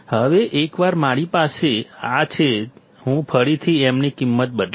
હવે એકવાર મારી પાસે આ છે હું ફરીથી m ની કિંમત બદલીશ